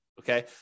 okay